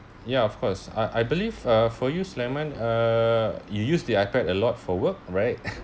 ya of course I I believe uh for you sulaiman uh you use the ipad a lot for work right